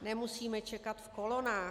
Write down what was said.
Nemusíme čekat v kolonách.